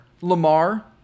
Lamar